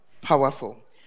Powerful